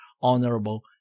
Honorable